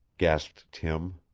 gasped tim.